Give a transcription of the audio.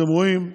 אתם רואים,